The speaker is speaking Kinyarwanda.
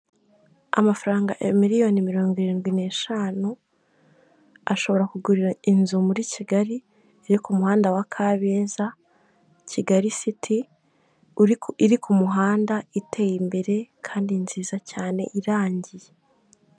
Amafaranga ya miliyoni mirongo irindwi n'eshanu ashobora kugurira inzu muri Kigali iri ku muhanda wa Kabeza Kigali city iri ku ku muhanda iteye imbere kandi nziza cyane irangiye.